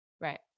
right